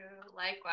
Likewise